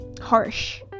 harsh